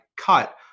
cut